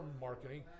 marketing